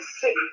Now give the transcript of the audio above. see